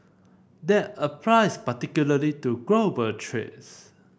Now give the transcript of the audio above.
that applies particularly to global trace